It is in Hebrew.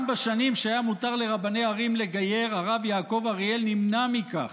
גם בשנים שהיה מותר לרבני ערים לגייר הרב יעקב אריאל נמנע מכך: